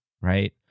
right